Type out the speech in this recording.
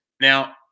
Now